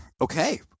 Okay